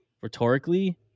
rhetorically